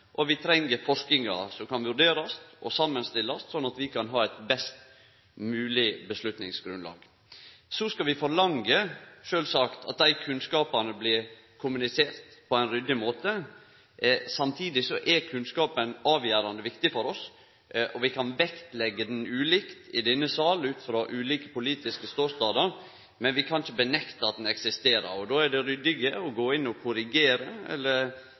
og vi treng forsking som kan vurderast og samanstillast, slik at vi kan ha eit best mogleg avgjerdsgrunnlag. Så skal vi forlange, sjølvsagt, at den kunnskapen blir kommunisert på ein ryddig måte. Samtidig er kunnskapen avgjerande viktig for oss, og vi kan vektleggje han ulikt i denne salen ut frå ulike politiske ståstader, men vi kan ikkje nekte for at han eksisterer. Då er det ryddig å gå inn og korrigere det som måtte vere av feil eller